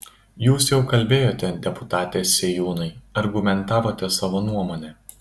jūs jau kalbėjote deputate sėjūnai argumentavote savo nuomonę